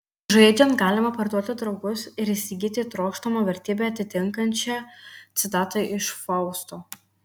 žaidžiant galima parduoti draugus ir įsigyti trokštamą vertybę atitinkančią citatą iš fausto